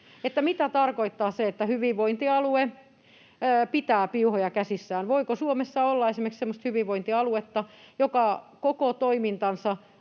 mitä tarkoittaa se, että hyvinvointialue pitää piuhoja käsissään. Voiko Suomessa olla esimerkiksi semmoista hyvinvointialuetta, joka koko toimintansa